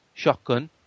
shotgun